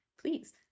please